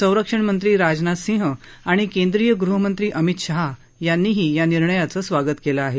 संरक्षणमंत्री राजनाथ सिंह आणि केंद्रीय गृहमंत्री अमित शहा यांनीही या निर्णयाचं स्वागत केलं आहे